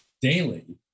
daily